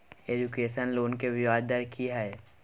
Education loan के ब्याज दर की हय?